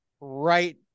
right